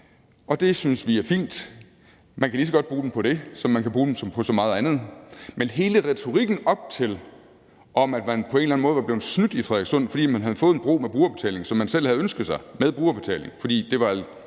og det synes vi er fint, for man kan lige så godt bruge dem på det, som man kan bruge dem på så meget andet. Men hele retorikken op til det om, at man på en eller anden måde var blevet snydt i Frederikssund, fordi man havde fået en bro med brugerbetaling – hvilket man selv havde ønsket sig, fordi den eneste